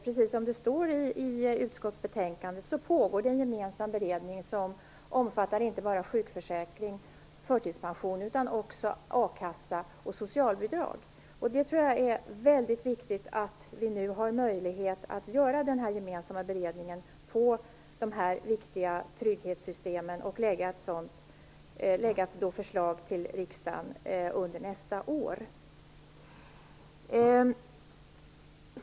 Precis som det står i utskottsbetänkandet, pågår en gemensam beredning, som omfattar inte bara sjukförsäkring och förtidspension utan också a-kassa och socialbidrag. Det är väldigt viktigt att vi nu har möjlighet att göra den gemensamma beredningen av de här viktiga trygghetssystemen och lägga förslag till riksdagen under nästa år.